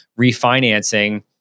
refinancing